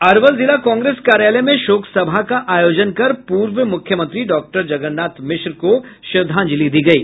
अरवल जिला कांग्रेस कार्यालय में शोक सभा का आयोजन कर पूर्व मुख्यमंत्री डॉक्टर जगन्नाथ मिश्र को श्रद्धांजलि दी गयी